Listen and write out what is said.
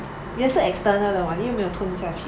也是 external 的 [what] 你又没有吞下